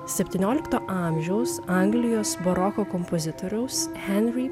septyniolikto amžiaus anglijos baroko kompozitoriaus henry